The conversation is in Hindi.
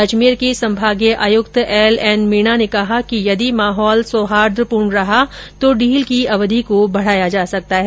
अजमेर के संभागीय आयुक्त एल एन मीना ने कहा कि यदि माहौल सौहार्दपूर्ण रहा तो ढील की अवधि को बढाया जा सकता है